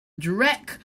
derek